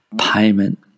payment